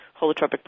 holotropic